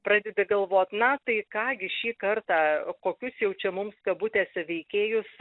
pradedi galvot na tai ką gi šį kartą kokius jau čia mums kabutėse veikėjus